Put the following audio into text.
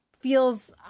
feels